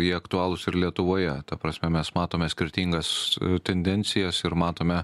jie aktualūs ir lietuvoje ta prasme mes matome skirtingas tendencijas ir matome